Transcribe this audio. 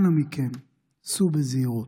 אנא מכם, סעו בזהירות.